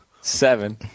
Seven